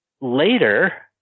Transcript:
later